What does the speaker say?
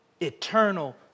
eternal